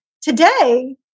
today